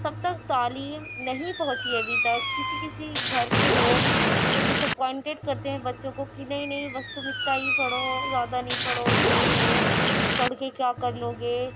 سب تک تعلیم نہیں پہنچی ابھی تک کسی کسی گھر کے لوگ اُنہیں ڈساپوئینٹیڈ کرتے ہیں بچوں کو کہ نئی نئی بس تم اتنا ہی پڑھو اور زیادہ نہیں پڑھو یہ وہ پڑھ کے کیا کر لو گے